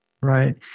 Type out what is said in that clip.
right